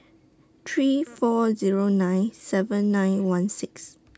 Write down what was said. three four Zero nine seven nine one six